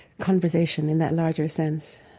conversation in that larger sense